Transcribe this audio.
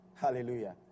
Hallelujah